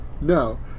no